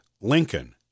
Lincoln